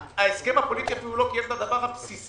שההסכם הפוליטי אפילו לא קיים את הדבר הבסיסי